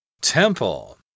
Temple